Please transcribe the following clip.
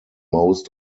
most